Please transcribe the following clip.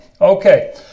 Okay